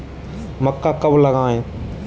मक्का कब लगाएँ?